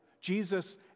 Jesus